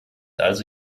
also